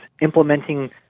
implementing